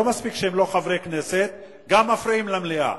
לא מספיק שהם לא חברי כנסת הם גם מפריעים למליאה.